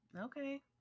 Okay